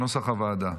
כנוסח הוועדה.